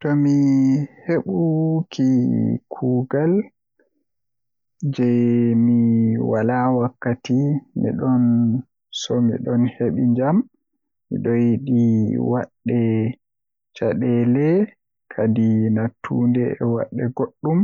Tomi heɓi kuugal jei mi Wala wakkati miɗon So miɗo heɓi jam, miɗo yiɗi waɗde caɗeele kadi naatude e waɗde goɗɗum.